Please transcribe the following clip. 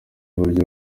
uburyo